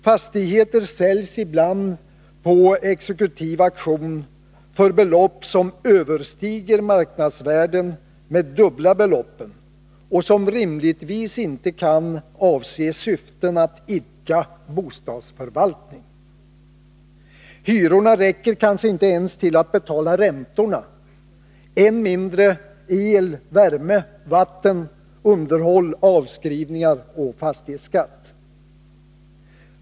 Fastigheter säljs ibland på exekutiv auktion för belopp som överstiger marknadsvärdena med det dubbla, något som rimligtvis inte kan ha syftet att idka bostadsförvaltning. Hyrorna räcker kanske inte ens till att betala räntorna, än mindre el, värme, vatten, underhåll, avskrivningar och fastighetsskatt.